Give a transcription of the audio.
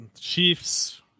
Chiefs